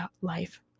Life